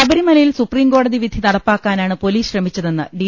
ശബരിമലയിൽ സുപ്രീംകോടതിവിധി നടപ്പാക്കാനാണ് ശ്രമിച്ചതെന്ന് ഡി